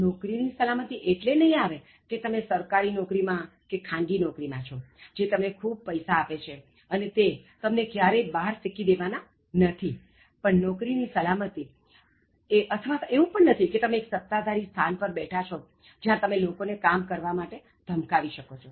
નોકરીની સલામતિ એટલે નહી આવે કે તમે સરકારી નોકરી માં કે ખાનગી નોકરી માં છો જે તમને ખૂબ પૈસા આપે છે અને તે તમને ક્યારેય બહાર ફેંકી નહીં દે કારણ તમે એક સત્તાધારી સ્થાન પર બેઠા છો જ્યાં તમે લોકો ને કામ કરવા માટે ધમકાવી શકો છો